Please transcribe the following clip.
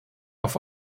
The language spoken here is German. auf